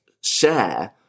share